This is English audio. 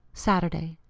saturday.